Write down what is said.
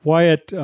Wyatt